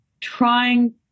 trying